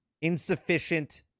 insufficient